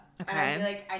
Okay